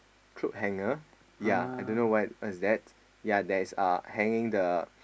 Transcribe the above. coat hanger ya I don't know what what is that yea that's uh hanging the